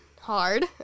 hard